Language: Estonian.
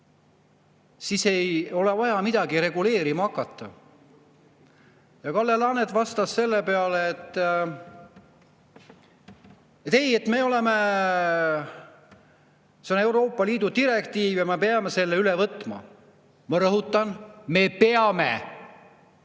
siis ei ole vaja midagi reguleerima hakata. Kalle Laanet vastas selle peale, et ei, see on Euroopa Liidu direktiiv ja me peame selle üle võtma. Ma rõhutan: me peame!